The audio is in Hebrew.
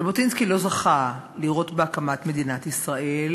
ז'בוטינסקי לא זכה לראות בהקמת מדינת ישראל,